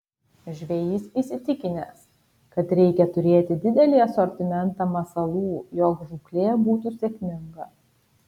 žvejys įsitikinęs kad reikia turėti didelį asortimentą masalų jog žūklė būtų sėkminga